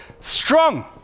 strong